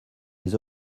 les